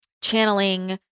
channeling